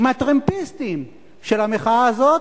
עם הטרמפיסטים של המחאה הזאת,